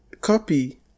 copy